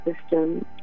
system